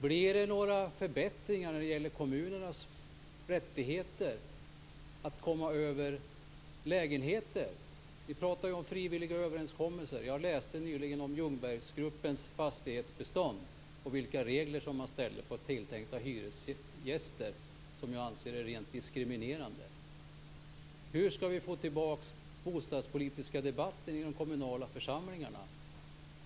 Blir det några förbättringar när det gäller kommunernas rättigheter att komma över lägenheter? Vi pratar ju om frivilliga överenskommelser. Jag läste nyligen om Ljungberggruppens fastighetsbestånd och om vilka regler som man ställde för tilltänkta hyresgäster. Jag anser att dessa är rent diskriminerande. Hur skall vi få tillbaka den bostadspolitiska debatten i de kommunala församlingarna?